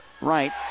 right